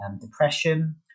depression